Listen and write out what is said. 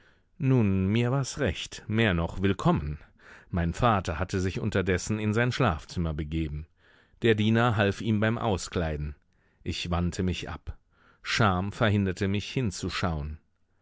nun mir war's recht mehr noch willkommen mein vater hatte sich unterdessen in sein schlafzimmer begeben der diener half ihm beim auskleiden ich wandte mich ab scham verhinderte mich hinzuschauen